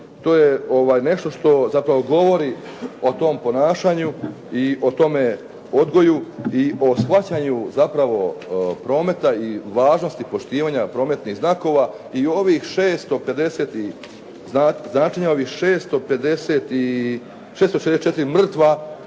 To je nešto što zapravo govori o tom ponašanju i o tome odgoju i o shvaćanju zapravo prometa i važnosti poštivanja prometnih znakova i značenja ovih 664 mrtva